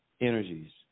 energies